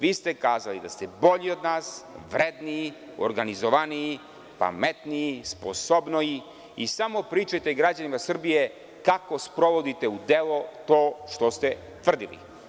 Vi ste kazali da ste bolji od nas, vredniji, organizovaniji, pametniji, sposobniji i samo pričajte građanima Srbije kako sprovodite u delo to što ste tvrdili.